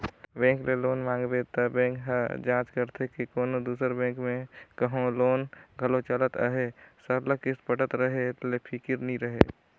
bank ले loan मांगबे त बेंक ह जांच करथे के कोनो दूसर बेंक में कहों लोन घलो चलत अहे सरलग किस्त पटत रहें ले फिकिर नी रहे